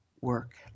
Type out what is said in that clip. work